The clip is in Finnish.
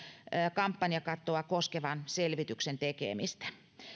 kampanjakattoa koskevan selvityksen tekemistä